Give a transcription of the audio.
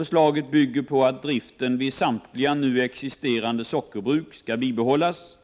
Förslaget bygger på att driften vid samtliga nu existerande sockerbruk skall bibehållas